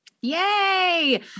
Yay